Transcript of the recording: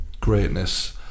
greatness